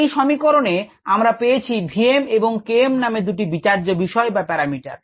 এই সমীকরণে আমরা পেয়েছি vm এবং Km নামে দুটি বিচার্য বিষয় বা প্যারামিটার